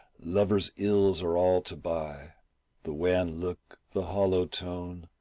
lovers' ills are all to buy the wan look, the hollow tone,